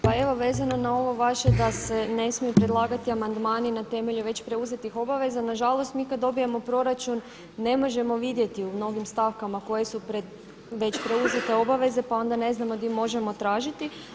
Pa evo vezano na ovo vaše da se ne smiju predlagati amandmani na temelju već preuzetih obaveza, nažalost mi kad dobijemo proračun ne možemo vidjeti u mnogim stavkama koje su već preuzete obaveze pa onda ne znamo di možemo tražiti.